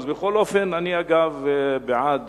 אני, אגב, בעד